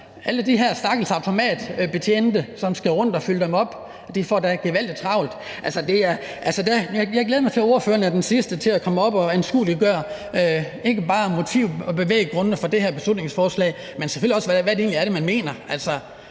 alle de her stakkels automatbetjente, som skal rundt og fylde dem op, får da gevaldig travlt. Altså, jeg glæder mig til, at ordføreren er den sidste, der skal op og anskueliggøre det her, og ikke bare motivet og bevæggrundene for det her beslutningsforslag, men selvfølgelig også, hvad det egentlig er, man mener.